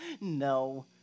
No